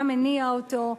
מה מניע אותו,